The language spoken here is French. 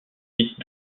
sites